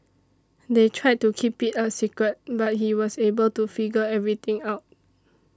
they tried to keep it a secret but he was able to figure everything out